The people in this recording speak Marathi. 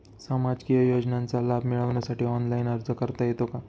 सामाजिक योजनांचा लाभ मिळवण्यासाठी ऑनलाइन अर्ज करता येतो का?